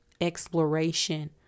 exploration